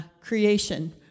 Creation